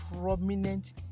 prominent